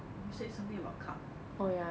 you say something about car